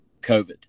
COVID